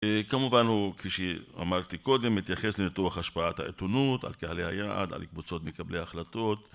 כמובן הוא, כפי שאמרתי קודם, מתייחס לניתוח השפעת העתונות, על קהלי היעד, על קבוצות מקבלי החלטות.